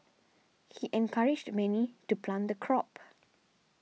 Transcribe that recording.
he encouraged many to plant the crop